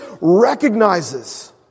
recognizes